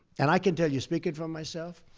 and i can tell you, speaking for myself,